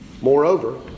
Moreover